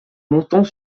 montant